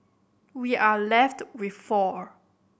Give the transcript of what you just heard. we are left with four